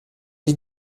les